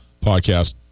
podcast